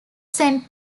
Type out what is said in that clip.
saint